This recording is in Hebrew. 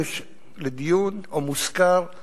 חבר הכנסת יריב לוין, הוא